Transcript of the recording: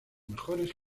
mejores